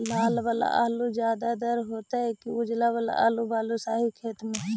लाल वाला आलू ज्यादा दर होतै कि उजला वाला आलू बालुसाही खेत में?